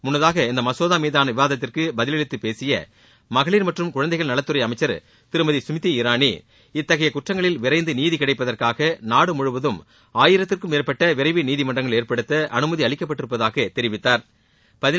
முன்னதாக இந்த மசோதா மீதான விவாதத்திற்கு பதிலளித்து பேசிய மகளிர் மற்றும் குழந்தைகள் நலத்துறை அமைச்ச் திருமதி ஸ்மிருதி இரானி இத்தகைய குற்றங்களில் விரைந்து நீதி கிடைப்பதற்காக நாடு முழுவதும் ஆயிரத்திற்கும் மேற்பட்ட விரைவு நீதிமன்றங்கள் ஏற்படுத்த அனுமதி அளிக்கப்பட்டிருப்பதாகத் தெிவித்தாா்